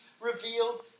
revealed